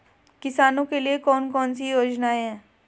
किसानों के लिए कौन कौन सी योजनाएं हैं?